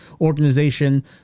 organization